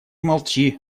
молчи